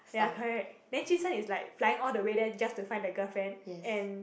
ya correct and jun sheng is like flying all the way there just to find the girlfriend and